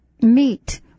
meet